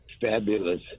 fabulous